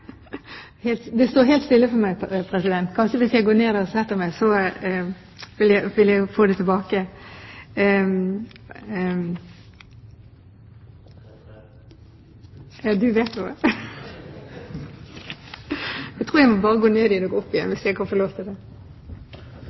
Det står helt stille for meg, president. Hvis jeg går ned og setter meg, vil jeg kanskje få det tilbake. Jeg tror jeg bare må gå ned og så opp igjen, hvis jeg kan få lov til det.